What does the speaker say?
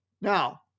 Now